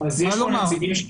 היושב ראש,